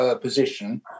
position